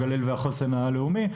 הגליל והחוסן הלאומי,